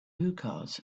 hookahs